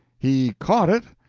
he caught it,